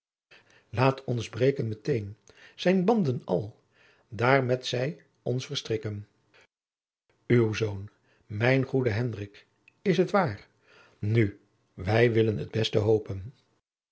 laet ons breken met een sijn banden al daer med sy ons verstricken uw zoon mijn goede hendrik t is waar nu wij willen het beste hopen